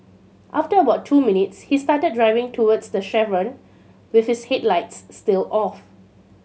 after about two minutes he started driving towards the chevron with his headlights still off